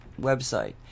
website